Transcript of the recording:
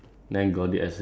um